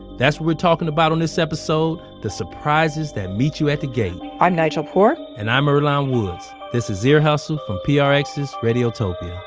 that's what we're talking about on this episode the surprises that meet you at the gate i'm nigel poor and i'm earlonne woods. this is ear hustle from ah prx's radiotopia.